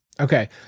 Okay